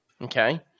Okay